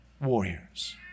warriors